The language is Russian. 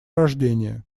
рождения